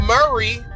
Murray